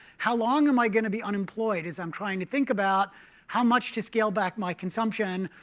how long am i going to be unemployed as i'm trying to think about how much to scale back my consumption,